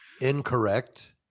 Incorrect